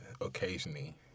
occasionally